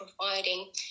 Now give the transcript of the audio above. providing